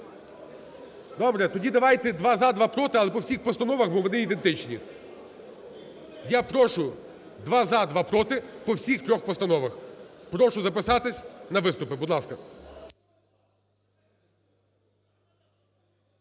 Добре, тоді давайте, два – за, два – проти. Але по всіх постановах, бо вони ідентичні. Я прошу: два – за, два – проти – по всіх трьох постановах. Прошу записатись на виступи, будь ласка.